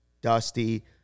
Dusty